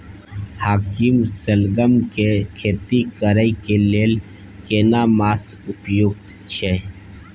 हाकीम सलगम के खेती करय के लेल केना मास उपयुक्त छियै?